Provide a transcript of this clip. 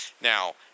Now